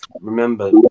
remember